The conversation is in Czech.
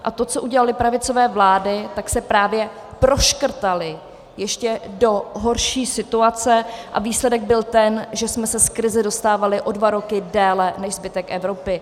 A to, co udělaly pravicové vlády, tak se právě proškrtaly ještě do ještě horší situace a výsledek byl ten, že jsme se z krize dostávali o dva roky déle než zbytek Evropy.